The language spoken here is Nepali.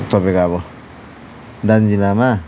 तपाईँको अब दार्जिलिङ जिल्लामा